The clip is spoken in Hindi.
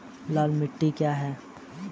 लाल मिट्टी क्या है?